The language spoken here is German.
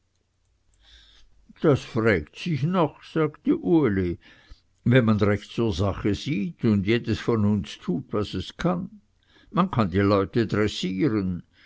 das frägt sich noch sagte uli wenn man recht zur sache sieht und jedes von uns tut was es kann man kann die leute